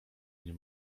nie